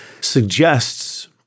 suggests